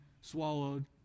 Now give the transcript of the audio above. swallowed